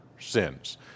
sins